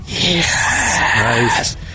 Yes